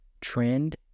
trend